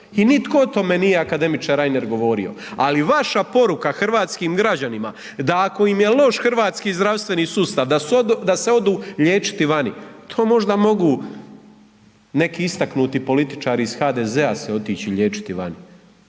i nitko o tome nije akademiče Reiner govorio, ali vaša poruka hrvatskim građanima da ako im je loš hrvatski zdravstveni sustav, da se odu liječiti vani, to možda mogu neki istaknuti političari iz HDZ-a se otići liječiti vani,